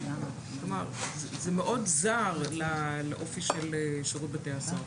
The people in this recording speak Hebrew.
זה מאוד זר לאופי של שירות בתי הסוהר.